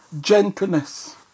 gentleness